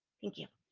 thank you.